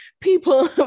people